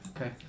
Okay